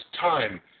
time